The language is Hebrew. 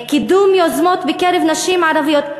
קידום יוזמות בקרב נשים ערביות.